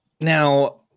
Now